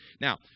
Now